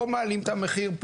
פה מעלים את המחיר,